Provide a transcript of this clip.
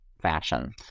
fashion